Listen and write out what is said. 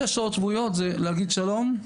שש שעות שבועיות זה להגיד שלום,